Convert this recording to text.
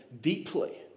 deeply